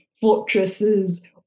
fortresses